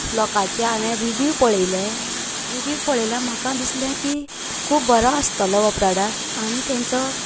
लोकांचे हांवे रिव्हू पळयलें रिव्हू पळयले म्हाका दिसले की खूब बरो आसतलो हो प्रॉडक्ट आनी तेंचो